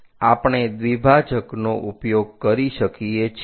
આપણે દ્વિભાજકનો ઉપયોગ કરી શકીએ છીએ